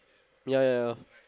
ya ya ya